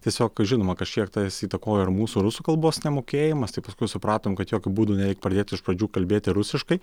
tiesiog žinoma kažkiek tas įtakoja ir mūsų rusų kalbos nemokėjimas tai paskui supratom kad jokiu būdu nereik pradėt iš pradžių kalbėti rusiškai